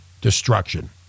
destruction